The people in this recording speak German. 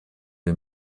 wir